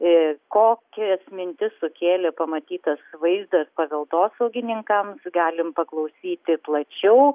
ir kokias mintis sukėlė pamatytas vaizdas paveldosaugininkams galim paklausyti plačiau